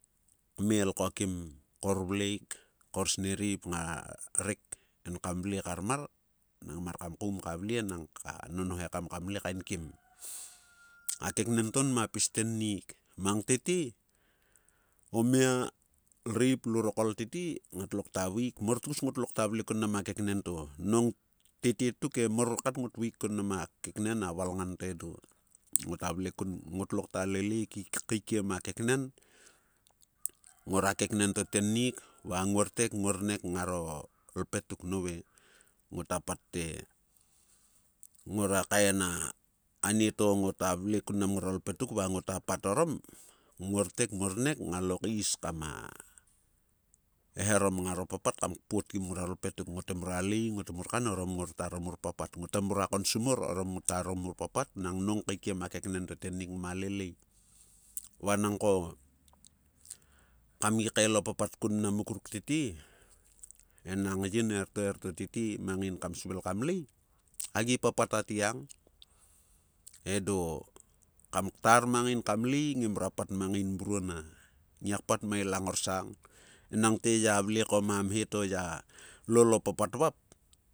Kmeel ko kim kaorvleik, kaorserip nga rek en kam vvle kar mar nang mar kam koum ka vle nang ka nonho ekam kam le kaenkim. A keknen to nma pis tennik. Mang tete, o mia, lreip, lurokol tete, ngatlo kta vaeik, mor tgus ngotlo kta vle kun mnam a keknen to. Nong tete tuk e, mor kat ngot vaeik edo. Ngota vle kun, ngotlo kta lilei kaikiem a keknen, ngora keknen to tennik va nguortek nguor nek ngara ipetuk. Nove ngota pat te ngora kaen a- anieto ngota vle kun mnam nguaro lpetuk va ngota pat orom, nguortek nguornek nga lo kais kama eharom ngaro papat kam kpoot kim nguaro lpetuk. Ngote mrua lei ngot mu kan arom ngar ta ro mur papat. Ngote mruo konsum mor orom ngor taro mur papat nang nong kaikiem a keknen to tennik ngma lilei. Vanang ko gi kael o papat kun mnam muk ruk tete, enang yin erieto erieto tetemang yin kam svil kam lei, agi papat atgiang. Edo, kam ktar mang in kam lei, ngemrua pat mang in mruo na. Ngiak pat ma ila ngorsong. Enangte ya vle ko ma mhe to ya lol o papat yop. Ipai